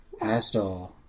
Asdol